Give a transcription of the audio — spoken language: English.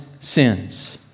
sins